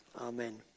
Amen